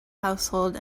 household